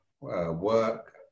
work